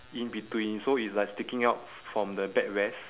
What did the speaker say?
in between so it's like sticking out f~ from the backrest